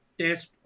test